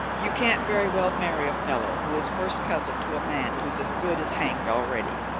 you can't very well marry a fellow who is first cousin to a man who's as good as hanged already!